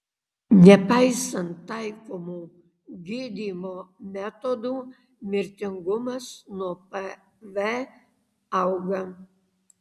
nepaisant taikomų gydymo metodų mirtingumas nuo pv auga